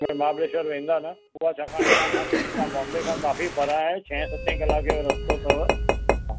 जीअं महाबलेश्वर वेंदा न उहो हिता खां बॉम्बे खां काफी परियां आहे छहें सतें कलाके जो रस्तो अथव